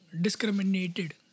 discriminated